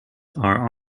are